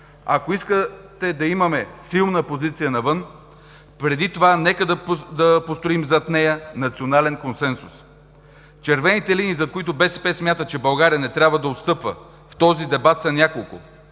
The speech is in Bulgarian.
Ако искате да имаме силна позиция навън, преди това нека да построим зад нея национален консенсус. Червените линии, за които БСП смята, че България не трябва да отстъпва в този дебат, са няколко: